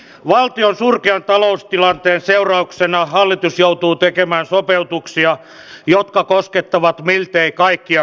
valtion surkean taloustilanteen seurauksena hallitus joutuu tekemään sopeutuksia jotka koskettavat miltei kaikkia kansalaisryhmiä